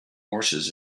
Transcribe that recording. horses